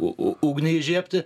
u u ugniai įžiebti